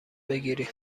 بگیریم